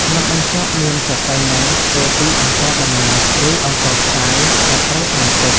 នំបញ្ចុកមានសរសៃនំធ្វើពីអង្ករដំណើប ឬអង្ករខ្សាយដែលត្រូវត្រាំទឹក។